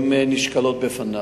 הן נשקלות בפניו.